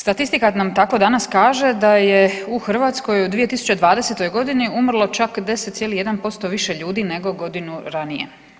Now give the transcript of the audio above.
Statistika nam tako danas kaže da je u Hrvatskoj u 2020. godini umrlo čak 10,1% više ljudi nego godinu ranije.